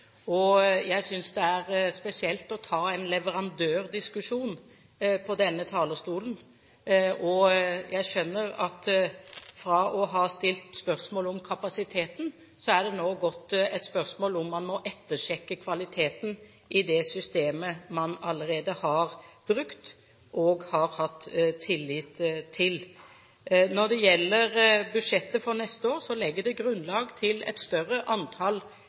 Jeg synes det er spesielt å ta en leverandør-diskusjon fra denne talerstolen, og jeg skjønner at fra å ha vært et spørsmål om kapasiteten er det nå blitt et spørsmål om man må ettersjekke kvaliteten i det systemet man allerede har brukt og hatt tillit til. Når det gjelder budsjettet for neste år, legger det grunnlag for et større antall